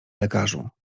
lekarzu